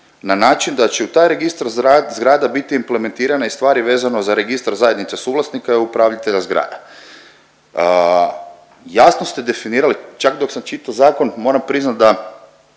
na način da će u taj registar zgrada biti implementirana i stvari vezano za Registar zajednice suvlasnika i upravitelja zgrada. Jasno ste definirali, čak dok sam čitao zakon moram priznat da